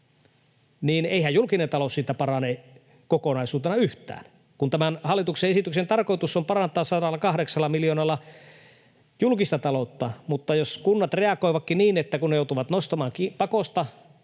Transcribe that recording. niin eihän julkinen talous siitä parane kokonaisuutena yhtään, kun tämän hallituksen esityksen tarkoitus on parantaa 108 miljoonalla julkista taloutta. Mutta jos kunnat reagoivatkin niin, että kun ne joutuvat nostamaan pakosta,